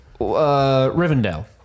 Rivendell